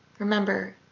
remember,